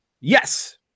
Yes